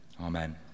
amen